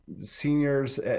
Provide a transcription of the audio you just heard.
seniors